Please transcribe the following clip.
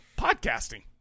podcasting